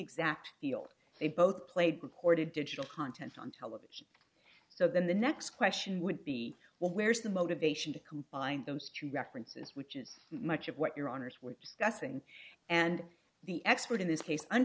exact field they both played recorded digital content on television so then the next question would be well where's the motivation to combine those two references which is much of what your honour's were discussing and the expert in this case